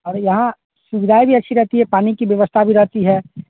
और यहाँ सुविधाएँ भी अच्छी रहती है पानी की व्यवस्था भी रहती है